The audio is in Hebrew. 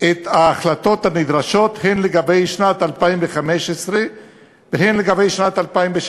את ההחלטות הנדרשות הן לגבי שנת 2015 והן לגבי שנת 2016"